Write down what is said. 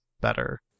better